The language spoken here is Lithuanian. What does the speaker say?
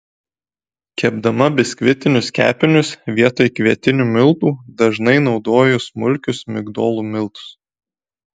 kepdama biskvitinius kepinius vietoj kvietinių miltų dažnai naudoju smulkius migdolų miltus